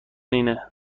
اینه